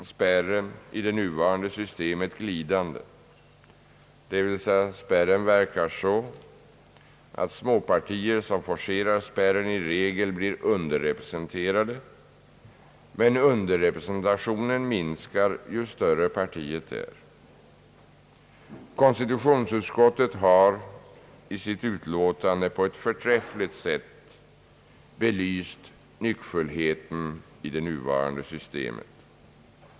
Dessutom är spärren i det nuvarande systemet »glidande», dvs. spärren verkar så att småpartier som forcerar spärren i regel blir underrepresenterade, men underrepresentationen minskar ju större partiet är. Konstitutionsutskottet har i sitt utlåtande på ett förträffligt sätt belyst nyckfullheten i det nuvarande valsystemet.